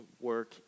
work